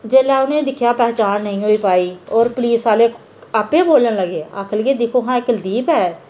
जिसलै उ'नें दिक्खेआ पहचान नेईं होई पाई होर पुलिस आहले आपे गै बोलन लग्गी पे आक्खन लगे दिक्खो हां कलदीप ऐ